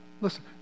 Listen